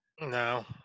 No